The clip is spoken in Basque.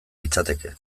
litzateke